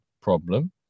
problem